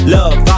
Love